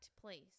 place